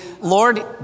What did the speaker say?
Lord